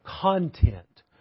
content